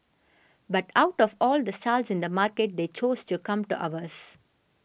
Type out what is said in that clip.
but out of all the stalls in the market they chose to come to ours